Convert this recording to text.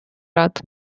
рад